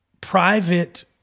private